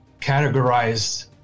categorized